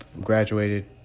graduated